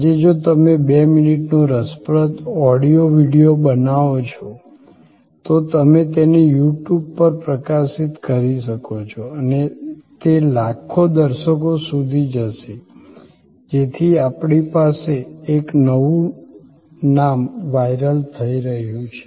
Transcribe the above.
આજે જો તમે 2 મિનિટનો રસપ્રદ ઑડિયો વિડિયો બનાવો છો તો તમે તેને YouTube પર પ્રકાશિત કરી શકો છો અને તે લાખો દર્શકો સુધી જશે જેથી આપણી પાસે એક નવું નામ વાયરલ થઈ રહ્યું છે